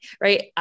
right